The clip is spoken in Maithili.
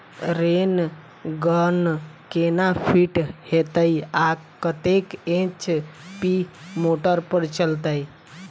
रेन गन केना फिट हेतइ आ कतेक एच.पी मोटर पर चलतै?